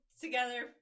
together